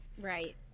Right